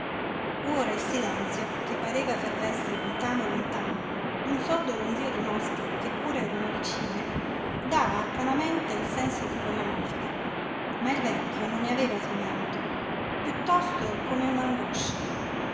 ora il silenzio che pareva fervesse lontano lontano d'un sordo ronzío di mosche che pure erano vicine dava arcanamente il senso di quella morte ma il vecchio non ne aveva sgomento piuttosto come